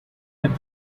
that